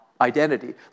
identity